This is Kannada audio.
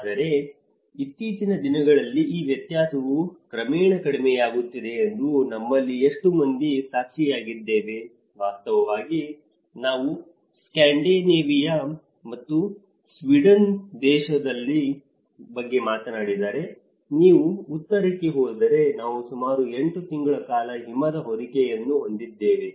ಆದರೆ ಇತ್ತೀಚಿನ ದಿನಗಳಲ್ಲಿ ಈ ವ್ಯತ್ಯಾಸವು ಕ್ರಮೇಣ ಕಡಿಮೆಯಾಗುತ್ತಿದೆ ಎಂದು ನಮ್ಮಲ್ಲಿ ಎಷ್ಟು ಮಂದಿ ಸಾಕ್ಷಿಯಾಗಿದ್ದೇವೆ ವಾಸ್ತವವಾಗಿ ನಾವು ಸ್ಕ್ಯಾಂಡಿನೇವಿಯಾ ಮತ್ತು ಸ್ವೀಡನ್ನಂತಹ ದೇಶದ ಬಗ್ಗೆ ಮಾತನಾಡಿದರೆ ನೀವು ಉತ್ತರಕ್ಕೆ ಹೋದರೆ ನಾವು ಸುಮಾರು 8 ತಿಂಗಳ ಕಾಲ ಹಿಮದ ಹೊದಿಕೆಯನ್ನು ಹೊಂದಿದ್ದೇವೆ